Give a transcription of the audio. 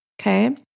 Okay